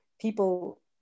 people